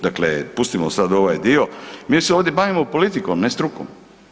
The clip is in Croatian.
Dakle, pustimo sad ovaj dio, mi se ovdje bavimo politikom, ne strukom.